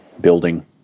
building